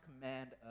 command